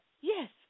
Yes